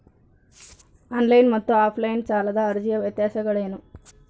On line ಮತ್ತು offline ಸಾಲದ ಅರ್ಜಿಯ ವ್ಯತ್ಯಾಸಗಳೇನು?